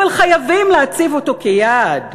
אבל חייבים להציב אותו כיעד,